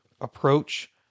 approach